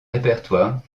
répertoire